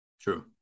True